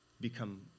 become